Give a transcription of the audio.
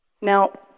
Now